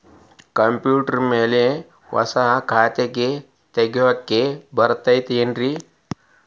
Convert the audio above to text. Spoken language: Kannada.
ಕಂಪ್ಯೂಟರ್ ಮ್ಯಾಲೆ ಹೊಸಾ ಖಾತೆ ತಗ್ಯಾಕ್ ಬರತೈತಿ ಏನ್ರಿ?